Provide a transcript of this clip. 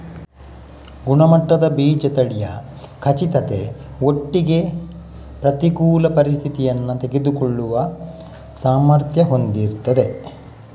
ಗುಣಮಟ್ಟದ ಬೀಜ ತಳಿಯ ಖಚಿತತೆ ಒಟ್ಟಿಗೆ ಪ್ರತಿಕೂಲ ಪರಿಸ್ಥಿತಿಯನ್ನ ತಡೆದುಕೊಳ್ಳುವ ಸಾಮರ್ಥ್ಯ ಹೊಂದಿರ್ತದೆ